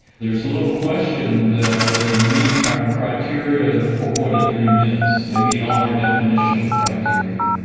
there's little question that they meet our criteria for what a dream is, they meet all our definitional criteria.